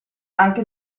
anche